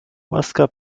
łaska